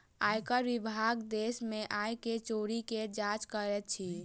आयकर विभाग देश में आय के चोरी के जांच करैत अछि